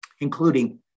including